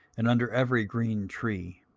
and under every green tree